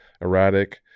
erratic